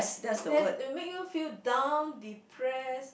then it will make you feel down depressed